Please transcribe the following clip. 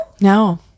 no